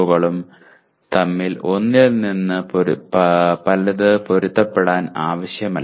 കളും തമ്മിൽ ഒന്നിൽ നിന്ന് ഒരു പൊരുത്തപ്പെടൽ ആവശ്യമില്ല